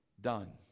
done